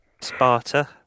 Sparta